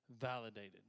validated